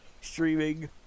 streaming